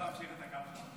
הולך להמשיך את הקו.